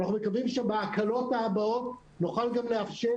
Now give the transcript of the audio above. ואנחנו מקווים שבהקלות הבאות נוכל לאפשר